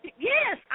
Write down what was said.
Yes